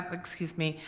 excuse me,